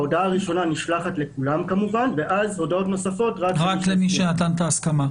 ההודעה הראשונה נשלחת לכולם כמובן ואז הודעות נוספות רק למי שהסכים.